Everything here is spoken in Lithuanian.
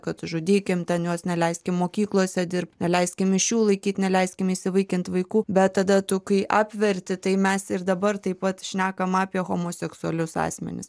kad žudykim ten juos neleiskim mokyklose dirbt neleiskim mišių laikyt neleiskim įsivaikint vaikų bet tada tu kai apverti tai mes ir dabar taip pat šnekam apie homoseksualius asmenis